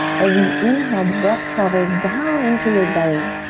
as you inhale, the breath travels down into your belly,